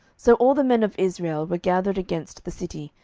so all the men of israel were gathered against the city,